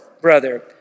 brother